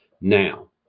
now